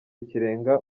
kirenga